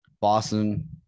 Boston